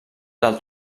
del